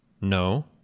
no